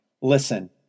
listen